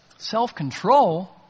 Self-control